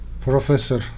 professor